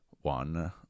one